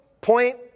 point